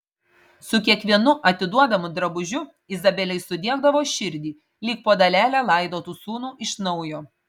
su kiekvienu atiduodamu drabužiu izabelei sudiegdavo širdį lyg po dalelę laidotų sūnų iš naujo